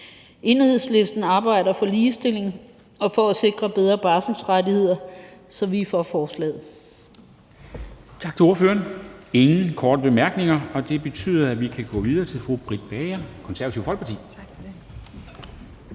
Enhedslisten arbejder for ligestilling og for at sikre bedre barselsrettigheder, så vi er for forslaget.